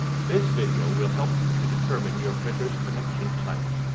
this video will help you to determine your printer's connection type.